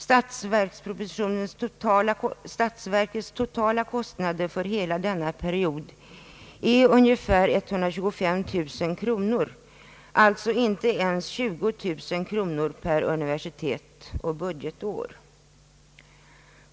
Statsverkets totala kostnader för hela denna period är ungefär 125 000 kronor, alltså något över 20 000 kronor per universitet och budgetår.